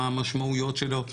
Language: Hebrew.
מה המשמעויות שלו,